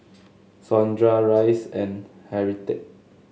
Sondra Rhys and Harriette